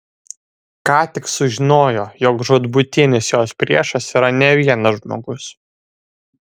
ką tik sužinojo jog žūtbūtinis jos priešas yra ne vienas žmogus